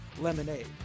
lemonade